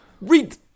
Read